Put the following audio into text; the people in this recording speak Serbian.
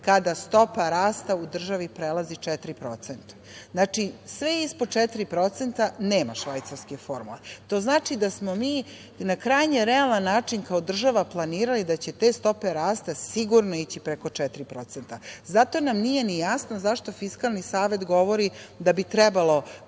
kada stopa rasta u državi prelazi 4%. Sve ispod 4% nema švajcarske formule. To znači da smo mi na krajnje realan način kao država planirali da će te stope rasta sigurno ići preko 4%. Zato nam nije ni jasno zašto Fiskalni savet govori da bi trebalo